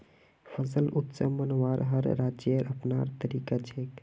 फसल उत्सव मनव्वार हर राज्येर अपनार तरीका छेक